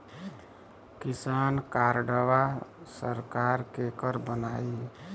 किसान कार्डवा सरकार केकर बनाई?